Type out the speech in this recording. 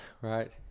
Right